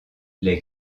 les